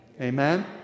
Amen